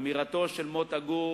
אמירתו של מוטה גור